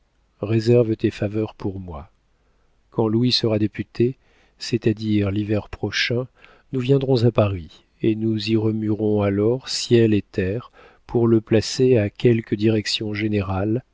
réserve tes faveurs pour moi quand louis sera député c'est-à-dire l'hiver prochain nous viendrons à paris et nous y remuerons alors ciel et terre pour le placer à quelque direction générale